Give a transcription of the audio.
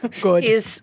Good